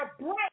break